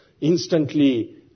instantly